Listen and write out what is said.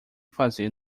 fazer